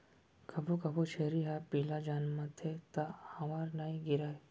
कभू कभू छेरी ह पिला जनमथे त आंवर नइ गिरय